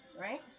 Right